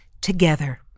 together